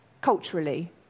culturally